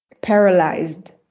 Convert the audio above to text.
paralyzed